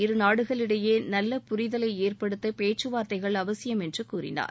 இரு நாடுகளிடையே நல்ல புரிதலை ஏற்படுத்த பேச்சுவார்த்தைகள் அவசியம் என்று கூறினார்